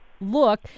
look